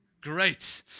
Great